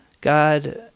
God